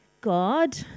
God